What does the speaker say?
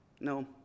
No